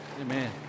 Amen